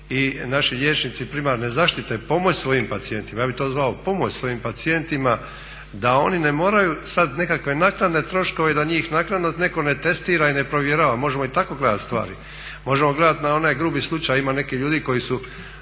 i naši liječnici primarne zaštite pomoći svojim pacijentima. Ja bih to zvao pomoć svojim pacijentima da oni ne moraju sad nekakve naknadne troškove i da njih naknadno netko ne testira i ne provjerava. Možemo i tako gledati stvari. Možemo mi gledati na onaj grubi slučaj, ima nekih ljudi koji su